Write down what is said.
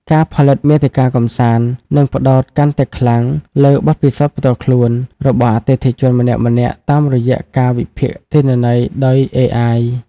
ការផលិតមាតិកាកម្សាន្តនឹងផ្តោតកាន់តែខ្លាំងលើ "បទពិសោធន៍ផ្ទាល់ខ្លួន" របស់អតិថិជនម្នាក់ៗតាមរយៈការវិភាគទិន្នន័យដោយ AI។